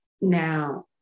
Now